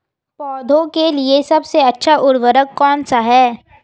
पौधों के लिए सबसे अच्छा उर्वरक कौन सा है?